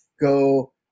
Go